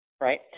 right